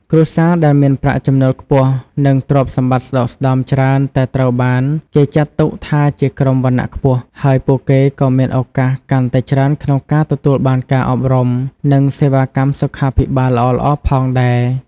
គ្រួសារដែលមានប្រាក់ចំណូលខ្ពស់ និងទ្រព្យសម្បត្តិស្តុកស្តម្ភច្រើនតែត្រូវបានគេចាត់ទុកថាជាក្រុមវណ្ណៈខ្ពស់ ហើយពួកគេក៏មានឱកាសកាន់តែច្រើនក្នុងការទទួលបានការអប់រំនិងសេវាកម្មសុខាភិបាលល្អៗផងដែរ។